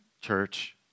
church